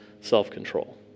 self-control